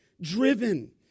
driven